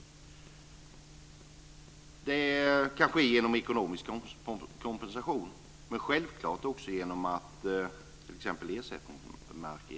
Det kan ske genom ekonomisk kompensation men självklart också t.ex. genom erbjudande av ersättningsmark.